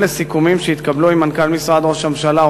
לסיכומים עם מנכ"ל משרד ראש הממשלה,